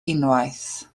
unwaith